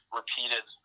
repeated